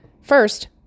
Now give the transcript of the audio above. First